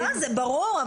זה ברור.